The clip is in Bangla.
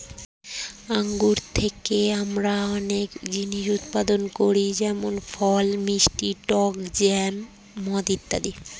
আঙ্গুর থেকে আমরা অনেক জিনিস উৎপাদন করি যেমন ফল, মিষ্টি, টক জ্যাম, মদ ইত্যাদি